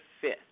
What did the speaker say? fifth